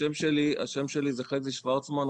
השם שלי הוא חזי שוורצמן,